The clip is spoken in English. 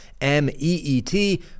M-E-E-T